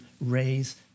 raise